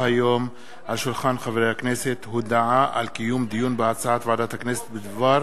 היום על שולחן הכנסת הודעה על קיום דיון בהצעת ועדת הכנסת בדבר